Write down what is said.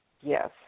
yes